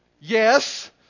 Yes